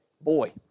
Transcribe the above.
boy